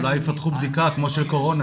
אולי יפתחו בדיקה כמו של קורונה.